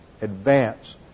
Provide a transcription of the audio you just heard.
advance